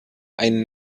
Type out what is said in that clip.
ein